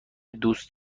دوست